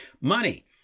money